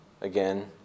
again